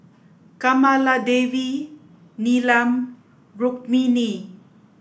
Kamaladevi Neelam and Rukmini